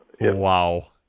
Wow